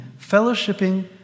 fellowshipping